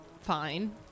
fine